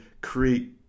create